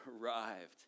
arrived